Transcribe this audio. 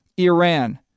Iran